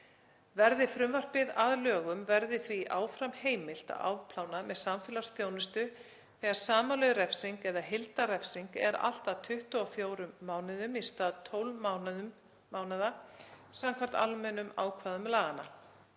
Verði frumvarpið að lögum verði því áfram heimilt að afplána með samfélagsþjónustu þegar samanlögð refsing eða heildarrefsing er allt að 24 mánuðum, í stað 12 mánaða samkvæmt almennum ákvæðum laganna.